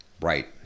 Right